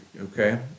Okay